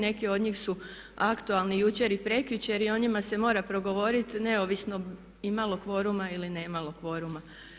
Neki od njih su aktualni jučer i prekjučer i o njima se mora progovoriti neovisno imalo kvoruma ili nemalo kvoruma.